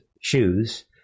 shoes